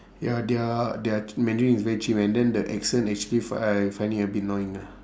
ya their their mandarin is very chim and then the accent actually f~ I find it a bit annoying ah